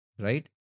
right